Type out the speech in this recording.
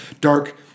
dark